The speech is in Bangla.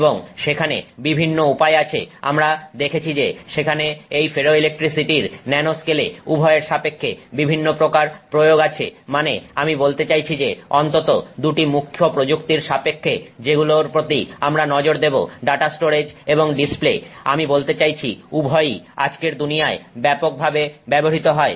এবং সেখানে বিভিন্ন উপায় আছে আমরা দেখেছি যে সেখানে এই ফেরোইলেকট্রিসিটির ন্যানো স্কেলে উভয়ের সাপেক্ষে বিভিন্ন প্রকার প্রয়োগ আছে মানে আমি বলতে চাইছি যে অন্তত দুটি মুখ্য প্রযুক্তির সাপেক্ষে যেগুলোর প্রতি আমরা নজর দেবো ডাটা স্টোরেজ এবং ডিসপ্লে আমি বলতে চাইছি উভয়ই আজকের দুনিয়ায় ব্যাপকভাবে ব্যবহৃত হয়